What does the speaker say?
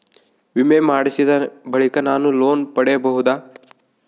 ವಿಮೆ ಮಾಡಿಸಿದ ಬಳಿಕ ನಾನು ಲೋನ್ ಪಡೆಯಬಹುದಾ?